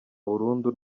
burundu